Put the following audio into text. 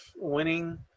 winning